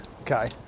Okay